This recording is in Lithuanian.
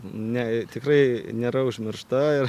ne tikrai nėra užmiršta ir